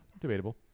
debatable